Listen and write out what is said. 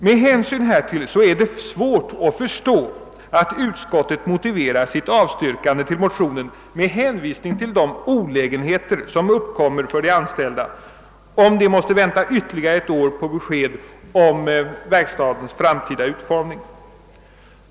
Med hänsyn härtill är det svårt att förstå att utskottet motiverar sitt avstyrkande av motionen med hänvisning till de olägenheter som uppkommer för de anställda, om de måste vänta ytterligare ett år på besked om verkstadens framtida utformning.